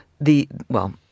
the—well—